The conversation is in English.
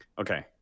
okay